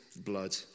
blood